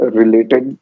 related